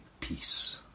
peace